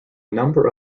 number